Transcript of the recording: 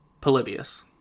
Polybius